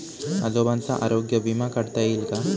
आजोबांचा आरोग्य विमा काढता येईल का?